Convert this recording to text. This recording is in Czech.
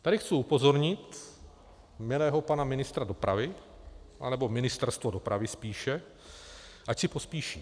Tady chci upozornit milého pana ministra dopravy, anebo Ministerstvo dopravy spíše, ať si pospíší.